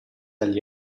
agli